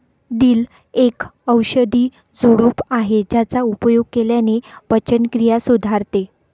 दिल एक औषधी झुडूप आहे ज्याचा उपयोग केल्याने पचनक्रिया सुधारते